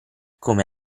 come